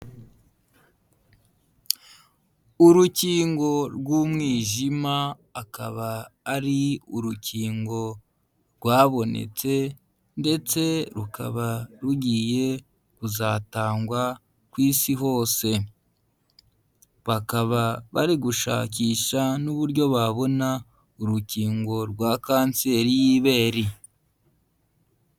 Urukingo rw'umwijima, akaba ari urukingo rwabonetse ndetse rukaba rugiye kuzatangwa ku isi hose. Bakaba bari gushakisha n'uburyo babona urukingo rwa kanseri y'ibere.